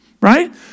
right